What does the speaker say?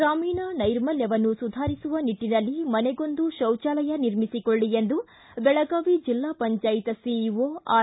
ಗ್ರಾಮೀಣ ನೈರ್ಮಲ್ದವನ್ನು ಸುಧಾರಿಸುವ ನಿಟ್ಟನಲ್ಲಿ ಮನೆಗೊಂದು ಶೌಚಾಲಯ ನಿರ್ಮಿಸಿಕೊಳ್ಳ ಎಂದು ಬೆಳಗಾವಿ ಜಿಲ್ಲಾ ಪಂಚಾಯತ ಸಿಇಒ ಆರ್